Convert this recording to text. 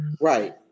Right